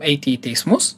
eiti į teismus